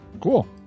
Cool